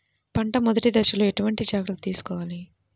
పంట మెదటి దశలో ఎటువంటి జాగ్రత్తలు తీసుకోవాలి?